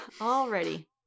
Already